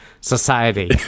society